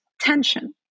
tension